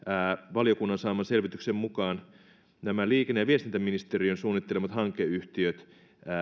valiokunnan saaman selvityksen mukaan nämä liikenne ja viestintäministeriön suunnittelemat hankeyhtiöt